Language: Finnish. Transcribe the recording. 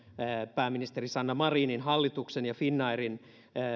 pääministeri sanna marinin hallituksen ja finnairin